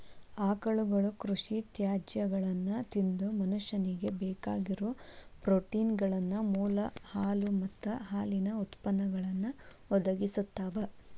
ಆಕಳುಗಳು ಕೃಷಿ ತ್ಯಾಜ್ಯಗಳನ್ನ ತಿಂದು ಮನುಷ್ಯನಿಗೆ ಬೇಕಾಗಿರೋ ಪ್ರೋಟೇನ್ಗಳ ಮೂಲ ಹಾಲು ಮತ್ತ ಹಾಲಿನ ಉತ್ಪನ್ನಗಳನ್ನು ಒದಗಿಸ್ತಾವ